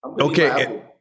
Okay